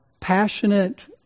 passionate